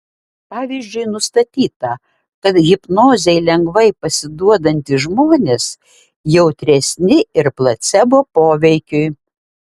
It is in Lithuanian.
pavyzdžiui nustatyta kad hipnozei lengvai pasiduodantys žmonės jautresni ir placebo poveikiui